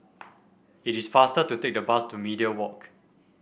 it is faster to take the bus to Media Walk